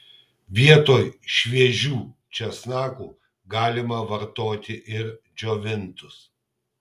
vietoj šviežių česnakų galima vartoti ir džiovintus